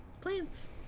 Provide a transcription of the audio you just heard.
Plants